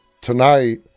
tonight